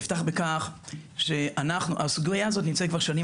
אני אפתח בכך שהסוגיה הזו נמצאת כבר שנים